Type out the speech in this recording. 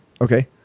Okay